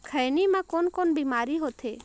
खैनी म कौन कौन बीमारी होथे?